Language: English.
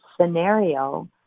scenario